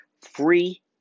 free